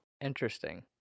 Interesting